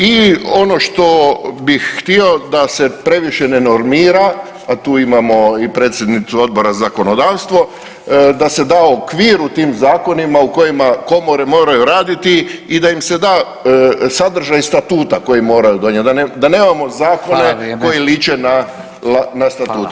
I ono što bih htio da se previše ne normira, a tu imamo i predsjednicu Odbora za zakonodavstvo, da se da okvir u tim zakonima u kojima komore moraju raditi i da im se da sadržaj statuta koji moraju donijeti, da nemamo zakone [[Upadica: Hvala.]] koji liče na statute.